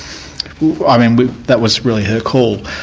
um and that was really her call.